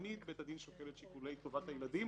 תמיד בית הדין שוקל את שיקולי טובת הילדים